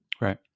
right